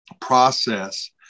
process